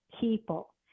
people